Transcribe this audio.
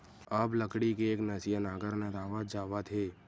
अब लकड़ी के एकनसिया नांगर नंदावत जावत हे